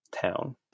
town